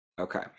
Okay